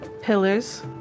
pillars